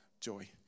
joy